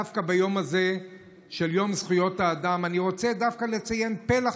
דווקא ביום הזה של יום זכויות האדם אני רוצה דווקא לציין פלח